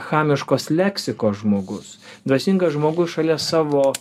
chamiškos leksikos žmogus dvasingas žmogus šalia savo